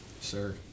sir